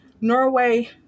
Norway